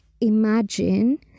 imagine